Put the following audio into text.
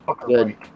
Good